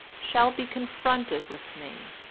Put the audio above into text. shall be confronted with me,